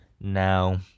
Now